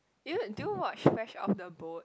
did did you watch Fresh-off-the-Boat